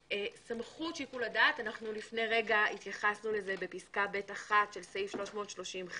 סמכות שיקול הדעת - לפני רגע התייחסנו לזה בפסקה (ב1) של סעיף 330ח,